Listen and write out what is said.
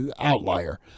outlier